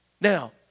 Now